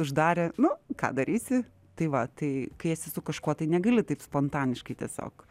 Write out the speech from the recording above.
uždarė nu ką darysi tai va tai kai esi su kažkuo tai negali taip spontaniškai tiesiog